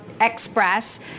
Express